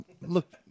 Look